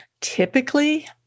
typically